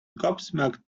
gobsmacked